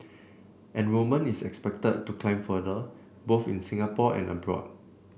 enrollment is expected to climb further both in Singapore and abroad